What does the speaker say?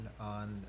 on